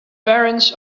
parents